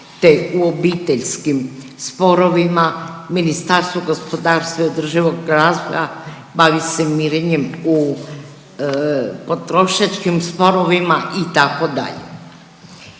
te u obiteljskim sporovima. Ministarstvo gospodarstva i održivog razvoja bavi se mirenjem u potrošačkim sporovima itd..